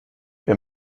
wer